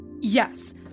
Yes